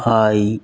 I